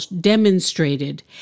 demonstrated